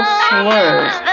slurs